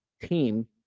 team